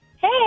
Hey